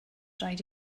rhaid